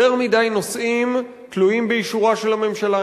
יותר מדי נושאים תלויים באישורה של הממשלה.